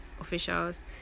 officials